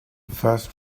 first